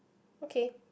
okay